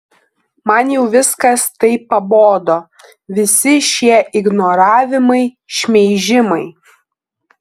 man jau viskas taip pabodo visi šie ignoravimai šmeižimai